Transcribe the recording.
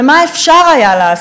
ומה היה אפשר לעשות,